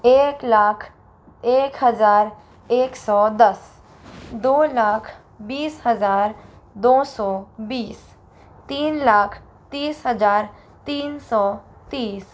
एक लाख एक हज़ार एक सौ दस दो लाख बीस हज़ार दो सौ बीस तीन लाख तीस हज़ार तीन सौ तीस